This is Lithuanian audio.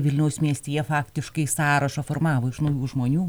vilniaus mieste jie faktiškai sąrašą formavo iš naujų žmonių